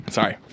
Sorry